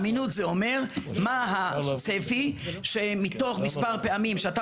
אמינות זה אומר מה הצפי שמתוך מספר פעמים שאתה